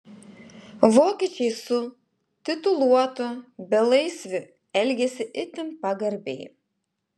vokiečiai su tituluotu belaisviu elgėsi itin pagarbiai